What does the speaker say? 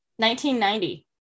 1990